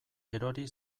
erori